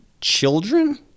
children